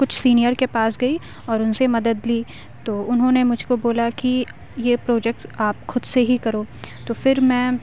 کچھ سینئر کے پاس گئی اور ان سے مدد لی تو انہوں نے مجھ کو بولا کہ یہ پروجیکٹ آپ خود سے ہی کرو تو پھر میں